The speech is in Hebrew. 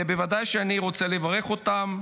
ובוודאי שאני רוצה לברך אותם,